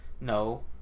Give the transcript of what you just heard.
no